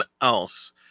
else